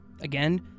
Again